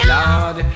Lord